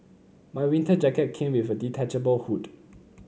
my winter jacket came with a detachable hood